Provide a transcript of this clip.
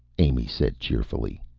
amy said cheerfully.